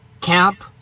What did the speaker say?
camp